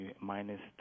minus